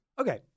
Okay